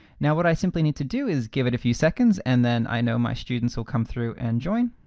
now what i simply need to do is give it a few seconds and then i know my students will come through and join.